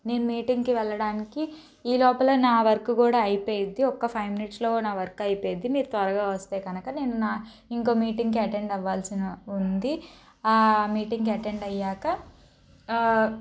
నేను మీటింగ్కి వెళ్ళాడానికి ఈ లోపల నా వర్క్ కూడా అయిపోయిద్ది ఒక ఫైవ్ మినిట్స్లో నా వర్క్ అయిపోయిద్ది మీరు త్వరగా వస్తే కనుక నేను నా ఇంకో మీటింగ్కి అటెండ్ అవ్వాల్సిన ఉంది ఆ మీటింగ్కి అటెండ్ అయ్యాక